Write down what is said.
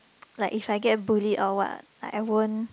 like if I get bullied or what I won't